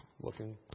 Looking